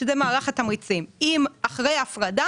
שזה מערך התמריצים האם אחרי ההפרדה